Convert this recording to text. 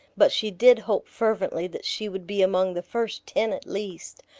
but she did hope fervently that she would be among the first ten at least,